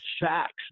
facts